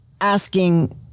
asking